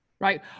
Right